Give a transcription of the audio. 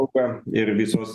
upėm ir visos